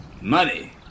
Money